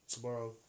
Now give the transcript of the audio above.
Tomorrow